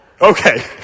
Okay